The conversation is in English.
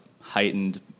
heightened